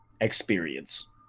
experience